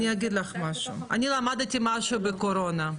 אני אגיד לך משהו, אני למדתי משהו בקורונה.